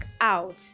out